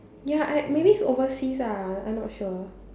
ya I maybe it's overseas ah I not sure